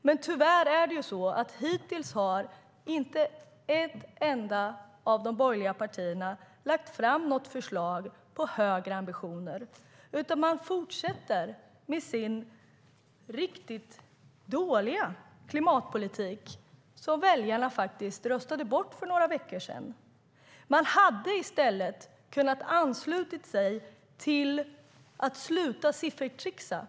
Men tyvärr har hittills inte ett enda av de borgerliga partierna lagt fram något förslag om högre ambitioner. Man fortsätter med sin riktigt dåliga klimatpolitik, som väljarna röstade bort för några veckor sedan. Man hade i stället kunnat ansluta sig till detta och sluta med siffertricksandet.